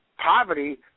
Poverty